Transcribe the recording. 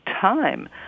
time